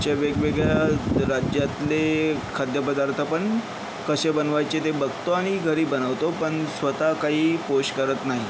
अश्या वेगवेगळ्या राज्यातले खाद्यपदार्थ पण कसे बनवायचे ते बघतो आणि घरी बनवतो पण स्वतः काही पोस्ट करत नाही